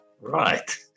right